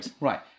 right